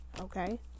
Okay